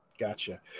Gotcha